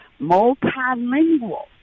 multilingual